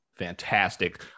fantastic